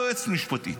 לא יועצת משפטית.